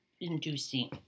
inducing